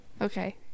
Okay